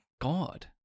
God